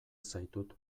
zaitut